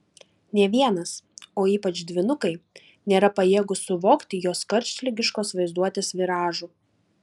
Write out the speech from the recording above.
nė vienas o ypač dvynukai nėra pajėgūs suvokti jos karštligiškos vaizduotės viražų